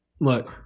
Look